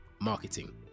marketing